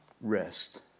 rest